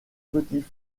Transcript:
petit